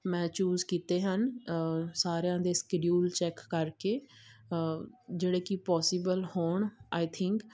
ਮੈਂ ਚੂਜ਼ ਕੀਤੇ ਹਨ ਸਾਰਿਆਂ ਦੇ ਸਕੈਡਿਊਲ ਚੈੱਕ ਕਰਕੇ ਜਿਹੜੇ ਕਿ ਪੋਸੀਬਲ ਹੋਣ ਆਈ ਥਿੰਕ